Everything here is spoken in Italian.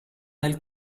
nel